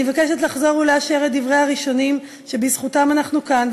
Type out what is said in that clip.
אני מבקשת לחזור ולאשר את דִברי הראשונים שבזכותם אנחנו כאן,